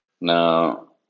Now